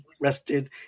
rested